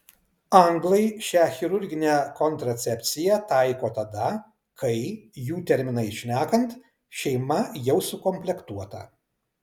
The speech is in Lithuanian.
anglai šią chirurginę kontracepciją taiko tada kai jų terminais šnekant šeima jau sukomplektuota